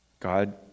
God